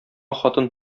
хатын